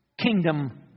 kingdom